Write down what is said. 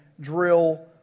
drill